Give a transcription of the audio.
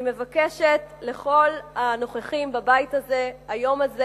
אני מבקשת מכל הנוכחים בבית הזה ביום הזה